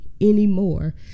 anymore